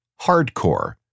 Hardcore